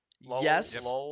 Yes